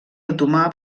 otomà